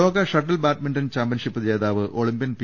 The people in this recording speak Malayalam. ലോക ഷട്ടിൽ ബാഡ്മിന്റൺ ചാമ്പ്യൻഷിപ്പ് ജേതാവ് ഒളിം പ്യൻ പി